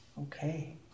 okay